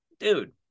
Dude